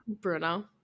Bruno